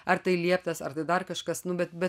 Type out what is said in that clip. ar tai lieptas ar tai dar kažkas nu bet bet